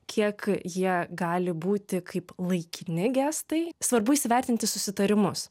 kiek jie gali būti kaip laikini gestai svarbu įsivertinti susitarimus